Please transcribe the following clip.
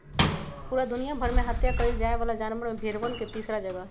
पूरा दुनिया भर में हत्या कइल जाये वाला जानवर में भेंड़वन के तीसरा जगह हई